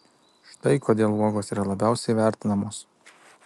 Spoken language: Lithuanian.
štai kodėl uogos yra labiausiai vertinamos